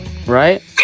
right